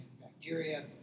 bacteria